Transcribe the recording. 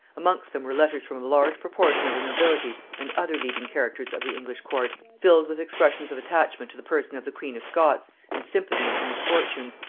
amongst them were letters from a large proportion of the nobility and other leading characters of the english court, filled with expressions of attachment to the person of the queen of scots and sympathy in her misfortunes,